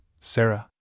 Sarah